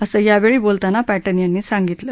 असं यावेळी बोलताना पॅटन यांनी सांगितलं